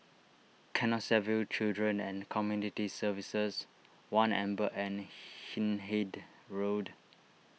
Canossaville Children and Community Services one Amber and Hindhede Road